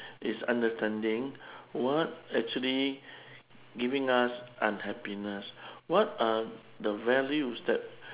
is understanding what actually giving us unhappiness what are the values that